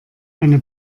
eine